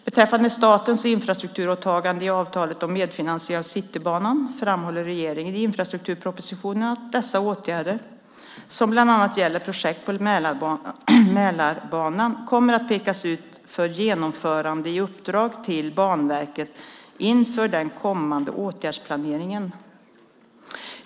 Beträffande statens infrastrukturåtaganden i avtalet om medfinansiering av Citybanan, framhåller regeringen i infrastrukturpropositionen att dessa åtgärder, som bland annat gäller projekt på Mälarbanan, kommer att pekas ut för genomförande i uppdrag till Banverket inför den kommande åtgärdsplaneringen.